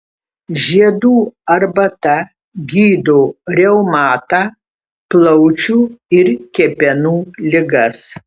žiedų arbata gydo reumatą plaučių ir kepenų ligas